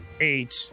eight